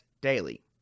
daily